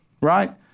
right